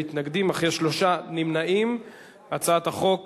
את הצעת חוק